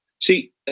See